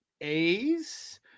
a's